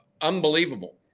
unbelievable